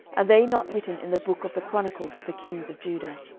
are they not written in the book of the chronicles of the kings of judah?